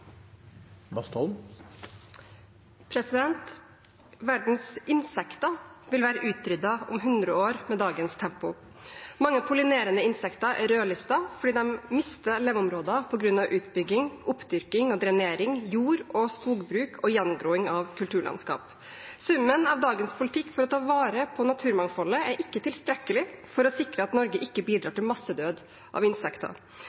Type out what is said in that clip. fordi de mister leveområder på grunn av utbygging, oppdyrking og drenering, jord- og skogbruk og gjengroing av kulturlandskap. Summen av dagens politikk for å ta vare på naturmangfoldet er ikke tilstrekkelig for å sikre at Norge ikke bidrar